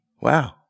Wow